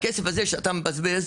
הכסף הזה שאתה מבזבז,